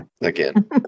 again